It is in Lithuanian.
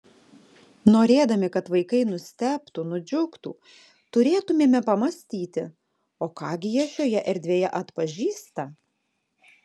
norėdami kad vaikai nustebtų nudžiugtų turėtumėme pamąstyti o ką gi jie šioje erdvėje atpažįsta